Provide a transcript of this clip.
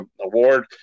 Award